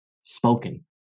spoken